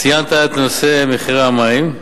ציינת את נושא מחירי המים,